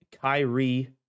Kyrie